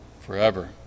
forever